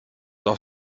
auch